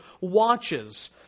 watches